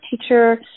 teacher